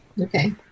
Okay